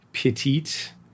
petite